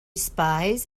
spies